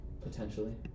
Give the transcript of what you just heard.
Potentially